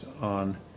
on